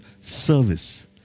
service